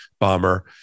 bomber